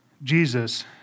Jesus